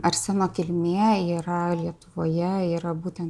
arseno kilmė yra lietuvoje yra būtent